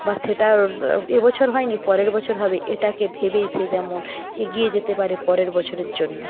বা সেটা এ বছর হয়নি পরের বছর হবে এটাকে ভেবেই সে যেমন এগিয়ে যেতে পারে পরের বছরের জন্য